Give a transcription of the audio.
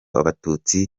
abatutsi